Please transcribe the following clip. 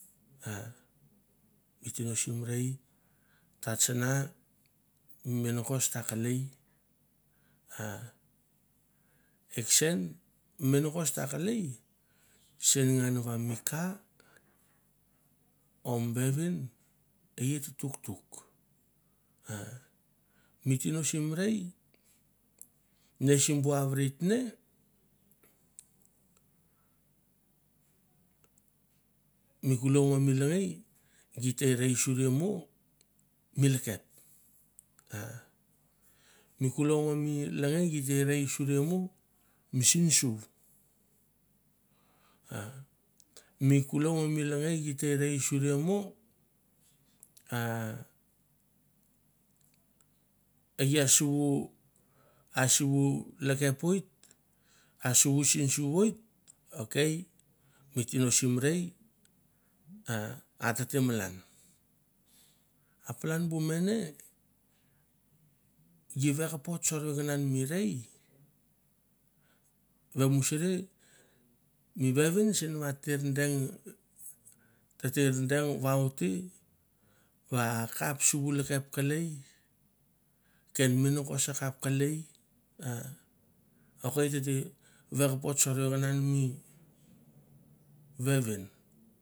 A mi tino sim rei ta tsana mi menagos ta kelei a ekesen menagos ta kelei sen ngan va mi ka o mi vevin e ia ta tuktuk. A mi tino sim rei ne simbu avert ne mi kulou ma mi lengei git te rei suria mo mi sinsu a mi kulou ma mi lengei git te rei suria mo mi sinsu a mi kulou ma mi lengei git te rei suria mo a e i a suvu lekep oit a suvu sinsu oit. Ok mi tino sim rei a ate te malan. A palan bu mene gi vekapot sorvekininan mi rei vemusri mi vevin sen vat ter deng tete deng vaute va kap suvu lekep kelei, ken menagos a kap kelei a ok tete va kapot sorvikinan mi vevin.